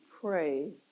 pray